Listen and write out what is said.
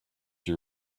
you